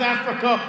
Africa